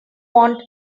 want